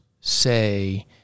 say